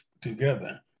together